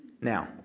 Now